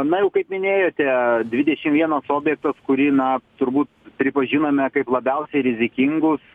na jau kaip minėjote dvidešim vienas objektas kurį na turbūt pripažinome kaip labiausiai rizikingus